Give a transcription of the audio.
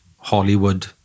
Hollywood